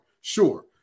Sure